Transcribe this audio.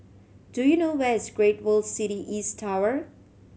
do you know where is Great World City East Tower